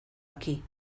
aquí